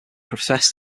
professed